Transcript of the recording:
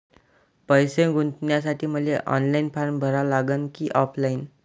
पैसे गुंतन्यासाठी मले ऑनलाईन फारम भरा लागन की ऑफलाईन?